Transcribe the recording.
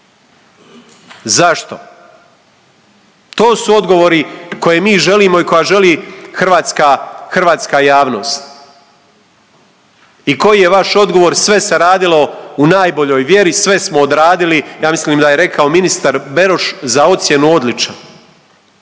Zašto? To su odgovori koje mi želimo i koje želi hrvatska, hrvatska javnost. I koji je vaš odgovor, sve se radilo u najboljoj vjeri, sve smo odradili, ja mislim da je rekao ministar Beroš za ocjenu odličan.